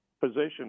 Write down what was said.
position